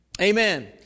Amen